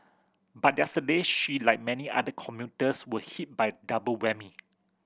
but yesterday she like many other commuters were hit by double whammy